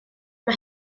mae